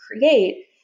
create